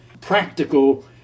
practical